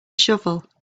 shovel